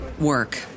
work